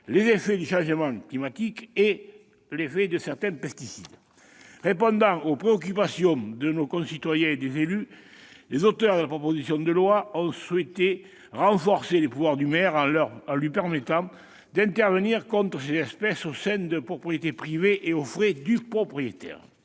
les effets du changement climatique et de certains pesticides. Répondant aux préoccupations de nos concitoyens et des élus, les auteurs de la proposition de loi ont souhaité renforcer les pouvoirs du maire en lui permettant d'intervenir contre ces espèces, au sein des propriétés privées et aux frais du propriétaire.